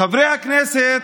חברי הכנסת,